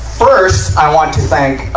first, i want to thank, ah,